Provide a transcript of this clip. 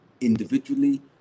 individually